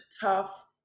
tough